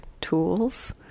tools